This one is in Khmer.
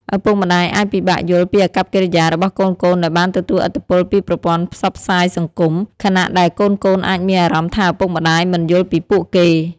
ឪពុកម្តាយអាចពិបាកយល់ពីអាកប្បកិរិយារបស់កូនៗដែលបានទទួលឥទ្ធិពលពីប្រព័ន្ធផ្សព្វផ្សាយសង្គម ខណៈដែលកូនៗអាចមានអារម្មណ៍ថាឪពុកម្តាយមិនយល់ពីពួកគេ។